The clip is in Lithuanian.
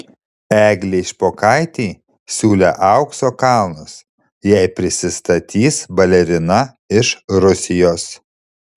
eglei špokaitei siūlė aukso kalnus jei prisistatys balerina iš rusijos